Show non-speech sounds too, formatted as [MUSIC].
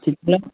[UNINTELLIGIBLE]